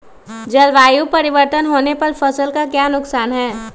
जलवायु परिवर्तन होने पर फसल का क्या नुकसान है?